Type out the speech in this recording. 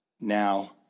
Now